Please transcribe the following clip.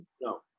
No